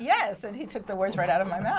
yes and he took the words right out of my mouth